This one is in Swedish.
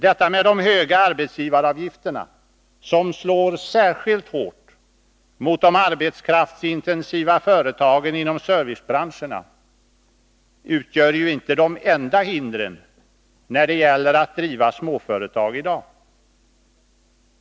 Detta med de höga arbetsgivaravgifterna, som slår särskilt hårt mot de arbetskraftsintensiva företagen inom servicebranscherna, utgör ju inte de enda hindren när det gäller att driva småföretag i dag.